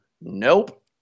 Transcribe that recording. Nope